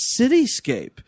cityscape